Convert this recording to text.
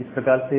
इस प्रकार से